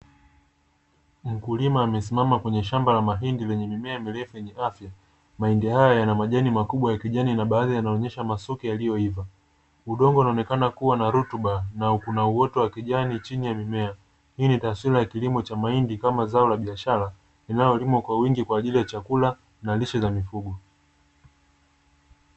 Mkulima amesimama kwenye shamba la mahindi lenye mimea mirefu yenye afya; mahindi hayo yana majani makubwa ya kijana na baadhi yanaonyesha masuke yaliyoiva udongo unaonekana kuwa wenye rutuba na kuna uoto wa kijani chini ya mimea; hii ni taswira ya kilimo cha mahindi kama zao la biashara linalolimwa kwa wingi kwa ajili ya chakula na lishe za mifugo.